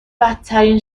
بدترین